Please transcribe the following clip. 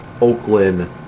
Oakland